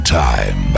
time